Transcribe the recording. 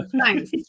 Thanks